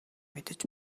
мэдэж